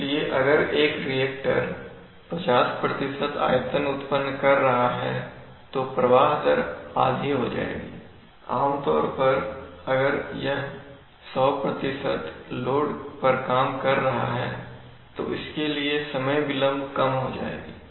इसलिए एक रिएक्टर अगर 50 आयतन उत्पन्न कर रहा है तो प्रवाह दर आधी हो जाएगी आम तौर पर अगर यह 100 प्रतिशत लोड पर काम कर रहा है तो इसलिए समय विलंब कम हो जाएगी